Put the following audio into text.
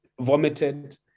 vomited